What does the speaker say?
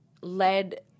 led